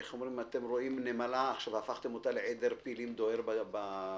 אתם רואים נמלה והפכתם אותה עכשיו לעדר פילים דוהר בסוואנה.